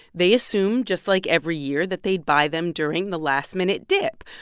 they assumed, just like every year, that they'd buy them during the last-minute dip.